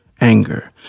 Anger